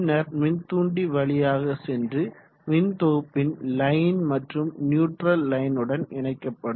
பின்னர் மின்தூண்டி வழியாக சென்று மின்தொகுப்பின் லைன் மற்றும் நியூட்ரல் லைனுடன் இணைக்கப்படும்